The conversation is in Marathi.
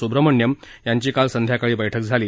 सुब्रमण्यम यांची काल संध्याकाळी बैठक झाली